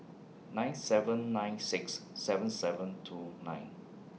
nine seven nine six seven seven two nine